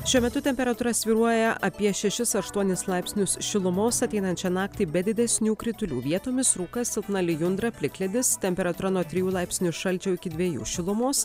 šiuo metu temperatūra svyruoja apie šešis aštuonis laipsnius šilumos ateinančią naktį be didesnių kritulių vietomis rūkas silpna lijundra plikledis temperatūra nuo trijų laipsnių šalčio iki dviejų šilumos